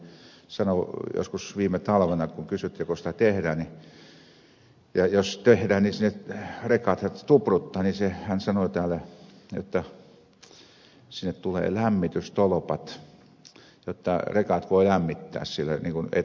täällä ministeri vehviläinen minulle sanoi joskus viime talvena kun kysyin joko sitä tehdään ja jos tehdään niin sinne rekat tupruttavat että sinne tulee lämmitystolpat jotta rekat voi lämmittää siellä eikä tarvitse koneita käyttää